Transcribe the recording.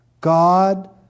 God